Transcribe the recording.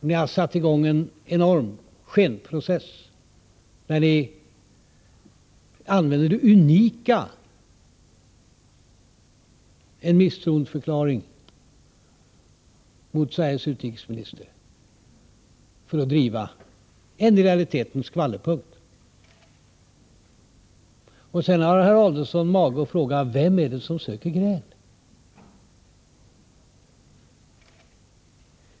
Ni har satt i gång en enorm skenprocess när ni använder det unika sättet att begära en misstroendeförklaring mot Sveriges utrikesminister för att driva vad som i realiteten är en skvallerpunkt. Sedan har herr Adelsohn mage att fråga: Vem är det som söker gräl?